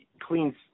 cleans